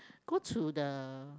go to the